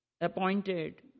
Appointed